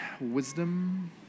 wisdom